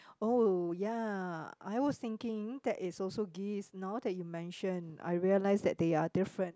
oh ya I was thinking that is also geese now that you mention I realized that they are different